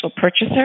purchaser